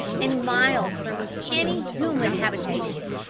and miles from any human habitation.